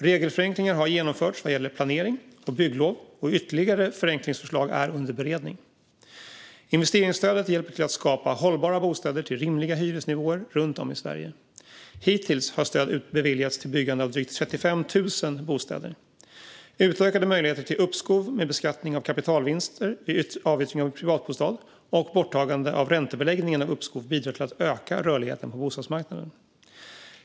Regelförenklingar har genomförts vad gäller planering och bygglov, och ytterligare förenklingsförslag är under beredning. Investeringsstödet hjälper till att skapa hållbara bostäder till rimliga hyresnivåer runt om i Sverige. Hittills har stöd beviljats till byggande av drygt 35 000 bostäder. Utökade möjligheter till uppskov med beskattning av kapitalvinster vid avyttring av privatbostad och borttagande av räntebeläggningen av uppskov bidrar till att öka rörligheten på bostadsmarknaden.